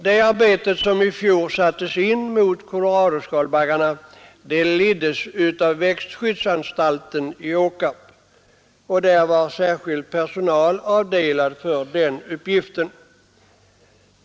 Det arbete som i fjol sattes in mot koloradoskalbaggarna leddes av växtskyddsanstalten i Åkarp, där särskild personal var avdelad för den uppgiften.